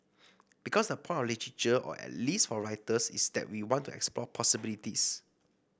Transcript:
because the point of literature or at least for writers is that we want to explore possibilities